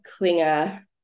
clinger